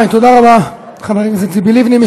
תודה רבה, חברת הכנסת ציפי לבני.